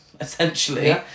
Essentially